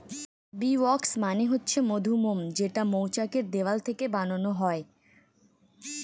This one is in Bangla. বী ওয়াক্স মানে হচ্ছে মধুমোম যেইটা মৌচাক এর দেওয়াল থেকে বানানো হয়